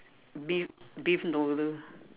beef beef noodle